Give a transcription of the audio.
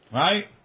right